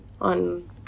on